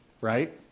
right